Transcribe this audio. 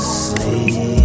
sleep